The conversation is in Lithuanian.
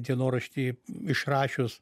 dienoraštį išrašius